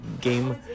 game